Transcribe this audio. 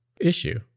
issue